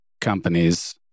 companies